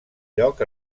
lloc